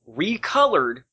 Recolored